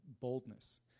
boldness